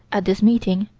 at this meeting,